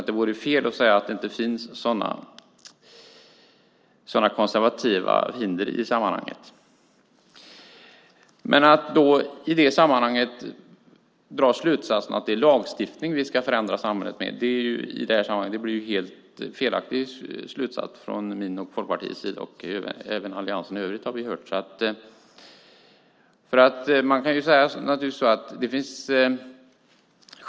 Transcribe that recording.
Det vore fel att säga att det inte finns sådana konservativa hinder i sammanhanget. Men att i det sammanhanget dra slutsatsen att det är med hjälp av lagstiftning vi ska förändra samhället blir helt felaktigt från min och Folkpartiets sida, och även från alliansen i övrigt, har vi hört.